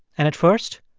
and at first,